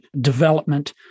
development